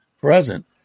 present